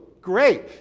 Great